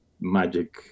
magic